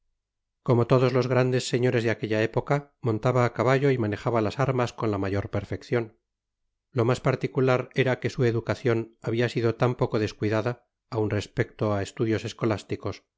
como todos los grandes señores de aquella épora montaba á caballo y manejaba las armas con la mayor perfeccion lo mas particular era que su educacion habia sido tan poco descuidada aun respeto á estudios escolásticos